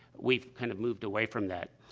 we've kind of moved away from that.